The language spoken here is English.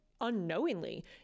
unknowingly